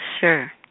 Sure